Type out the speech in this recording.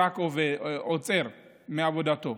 עוצרים את עבודתם,